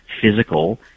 physical